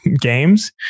games